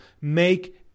make